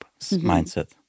mindset